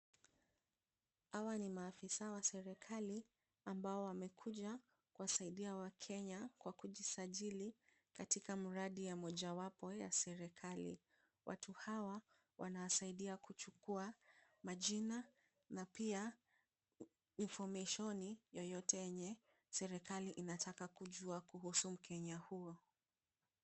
Hawa ni maafisa wa serikali ambao wamekuja kuwasaidia wakenya, kwa kujisajili katika mradi ya mojawapo ya serikali. Watu hawa wanawasaidia kuchukua majina na pia infomeshoni yoyote yenye serikali inataka kujua kuhusu mkenya huyo.